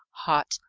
hot,